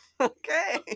Okay